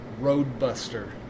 Roadbuster